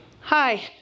Hi